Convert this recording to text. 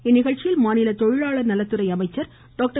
இந்நிகழ்ச்சியில் மாநில தொழிலாளர் நலத்துறை அமைச்சர் டாக்டர்